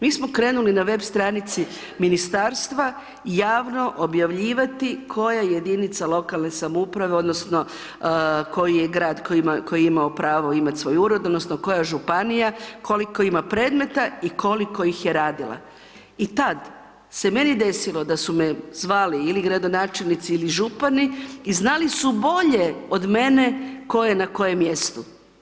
Mi smo krenuli na web stranici Ministarstva javno objavljivati koja jedinica lokalne samouprave odnosno koji je grad koji je imao pravo imati svoj Ured odnosno koja županija, koliko ima predmeta i koliko ih je radila i tad se meni desilo da su me zvali ili gradonačelnici ili župani i znali su bolje od mene tko je na kojem mjestu.